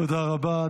תודה רבה.